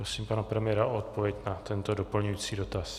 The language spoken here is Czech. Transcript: Prosím pana premiéra o odpověď na tento doplňující dotaz.